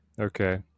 okay